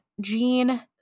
Jean